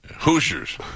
Hoosiers